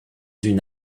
une